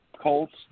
Colts